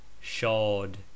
shod